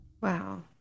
Wow